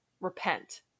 repent